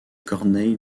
corneille